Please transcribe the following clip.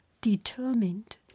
determined